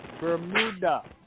Bermuda